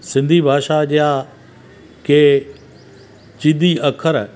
सिंधी भाषा जा कंहिं ज़ीदी अखर